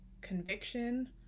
conviction